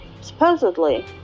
Supposedly